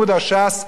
הדף היומי,